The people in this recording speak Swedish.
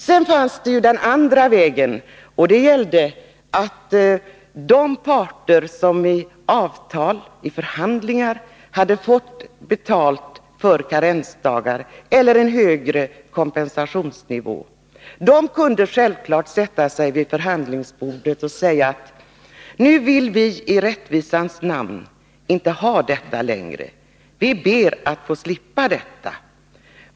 Sedan fanns den andra vägen, nämligen att parter som i avtal — efter förhandlingar — hade fått betalt för karensdagar eller högre kompensationsnivå kunde sätta sig vid förhandlingsbordet och säga: Nu vill vi i rättvisans namn inte ha detta längre. Vi ber att få slippa detta.